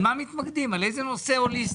על מה מתמקדים, על איזה נושא הוליסטי?